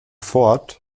fort